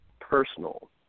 personal